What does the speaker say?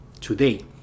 today